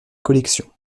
collection